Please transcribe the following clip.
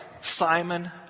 Simon